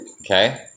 Okay